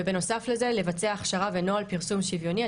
ובנוסף לזה לבצע הכשרה ונוהל פרסום שוויוני.